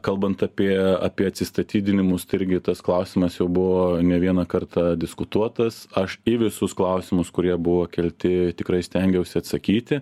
kalbant apie apie atsistatydinimus tai irgi tas klausimas jau buvo ne vieną kartą diskutuotas aš į visus klausimus kurie buvo kelti tikrai stengiausi atsakyti